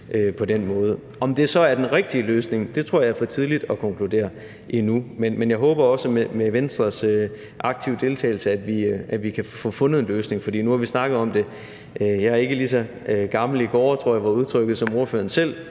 Om det så er den rigtige løsning, tror jeg det er for tidligt at konkludere på endnu, men jeg håber også, at vi med Venstres aktive deltagelse kan finde en løsning. For nu har vi snakket om det. Jeg er ikke lige så gammel i gårde som ordføreren –